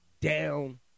down